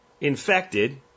infected